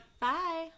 Bye